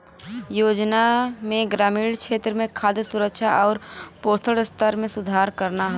योजना में ग्रामीण क्षेत्र में खाद्य सुरक्षा आउर पोषण स्तर में सुधार करना हौ